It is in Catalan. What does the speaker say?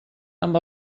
amb